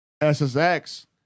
SSX